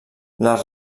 les